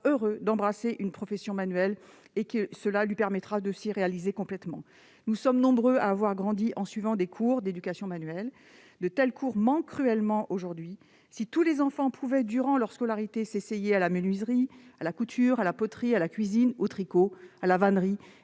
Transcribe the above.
heureux d'embrasser une profession manuelle, laquelle lui permettra de se réaliser ? Nous sommes nombreux à avoir grandi en suivant des cours d'éducation manuelle. De tels cours manquent cruellement aujourd'hui. Si tous les enfants pouvaient, durant leur scolarité, s'essayer à la menuiserie, à la couture, à la poterie, à la cuisine, au tricot, à la vannerie